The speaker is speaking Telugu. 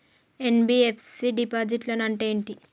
ఎన్.బి.ఎఫ్.సి డిపాజిట్లను అంటే ఏంటి?